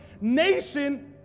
nation